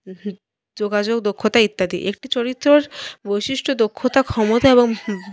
যোগাযোগ দক্ষতা ইত্যাদি একটি চরিত্রের বৈশিষ্ট্য দক্ষতা ক্ষমতা এবং